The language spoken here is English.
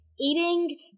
eating